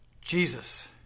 Jesus